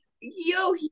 yo